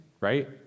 right